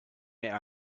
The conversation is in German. mehr